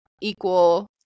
equal